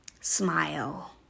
smile